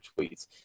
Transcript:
tweets